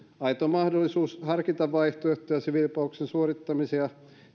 aito mahdollisuus harkita vaihtoehtoja siviilipalveluksen suorittamisen ja